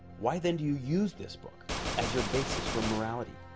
why then do you use this book as your basis for morality?